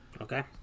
Okay